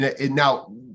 Now